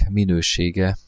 minősége